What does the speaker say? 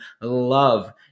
love